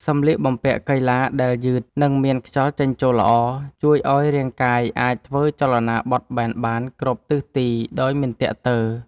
សម្លៀកបំពាក់កីឡាដែលយឺត និងមានខ្យល់ចេញចូលល្អ ជួយឱ្យរាងកាយអាចធ្វើចលនាបត់បែនបានគ្រប់ទិសទីដោយមិនទាក់ទើ។